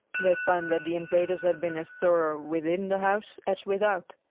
they found that the invaders had been as thorough within the house as without.